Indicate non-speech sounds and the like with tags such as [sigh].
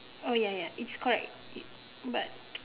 oh ya ya it's correct it but [noise]